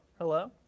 Hello